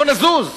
בואו נזוז,